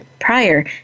prior